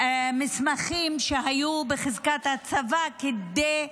מסמכים שהיו בחזקת הצבא, כדי להוכיח,